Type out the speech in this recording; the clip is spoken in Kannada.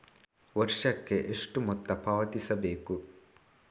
ವರ್ಷಕ್ಕೆ ಎಷ್ಟು ಮೊತ್ತ ಪಾವತಿಸಬೇಕು?